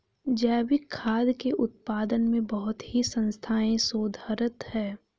जैविक खाद्य के उत्पादन में बहुत ही संस्थाएं शोधरत हैं